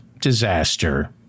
disaster